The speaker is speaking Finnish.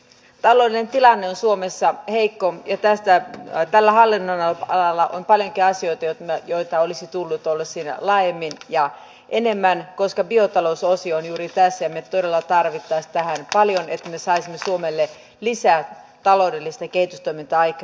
tällainen tilanne suomessa heikkoa ja tästä epäillä hallinnon alalla päällekkäisiä työt joita olisi tullut olla siinä laajemmin ja enemmän koska biotalousosio yrittää selvitellä tarvitsee tähän paljon lisää suomelle lisää taloudellista kehitystoimintaaitä